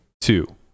two